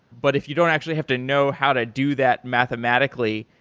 but if you don't actually have to know how to do that mathematically,